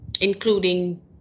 including